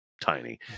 tiny